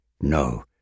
no